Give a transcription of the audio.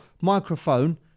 microphone